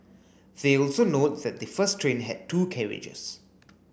they also note that the first train had two carriages